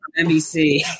NBC